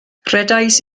rhedais